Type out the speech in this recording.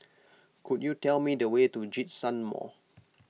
could you tell me the way to Djitsun Mall